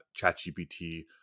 ChatGPT